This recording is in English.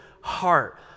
heart